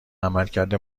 عملکرد